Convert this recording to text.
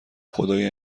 خدایا